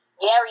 Gary